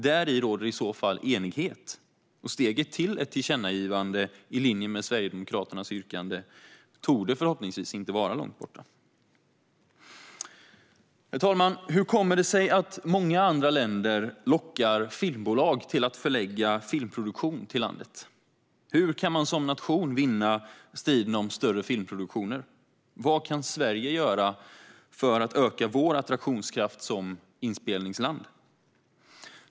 Här råder i så fall enighet, och steget till ett tillkännagivande i linje med Sverigedemokraternas yrkande torde förhoppningsvis inte vara långt borta. Herr talman! Hur kommer det sig att många andra länder lockar filmbolag att förlägga filmproduktion till landet? Hur kan man som nation vinna striden om större filmproduktioner? Vad kan Sverige göra för att öka sin attraktionskraft som inspelningsland?